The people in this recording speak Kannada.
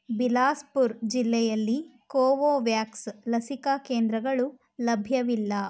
ಬಿಲಾಸ್ ಪುರ್ ಜಿಲ್ಲೆಯಲ್ಲಿ ಕೋವೋವ್ಯಾಕ್ಸ್ ಲಸಿಕಾ ಕೇಂದ್ರಗಳು ಲಭ್ಯವಿಲ್ಲ